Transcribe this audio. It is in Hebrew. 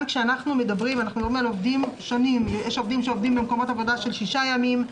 אבל יש עובדים שעובדים במקומות עבודה של שישה ימים,